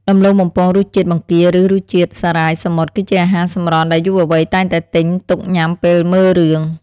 ដំឡូងបំពងរសជាតិបង្គាឬរសជាតិសារាយសមុទ្រគឺជាអាហារសម្រន់ដែលយុវវ័យតែងតែទិញទុកញ៉ាំពេលមើលរឿង។